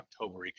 October